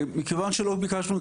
מכיוון שלא התבקשנו,